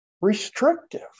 restrictive